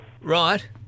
Right